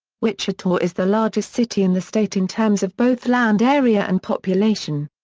wichita is the largest city in the state in terms of both land area and population.